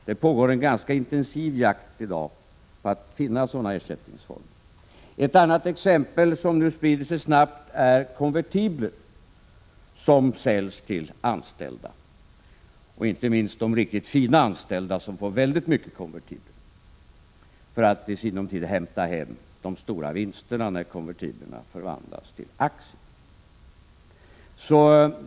Det pågår i dag en ganska intensiv jakt för att finna sådana ersättningsformer. Ett annat exempel är användningen av konvertibler, som nu sprider sig snabbt. Konvertibler säljs till de anställda, och inte minst till de riktigt fina anställda, som får väldigt många konvertibler. De anställda kan sedan i sinom tid hämta hem de stora vinsterna när konvertiblerna förvandlas till aktier.